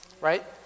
Right